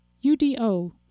U-D-O